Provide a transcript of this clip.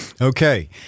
Okay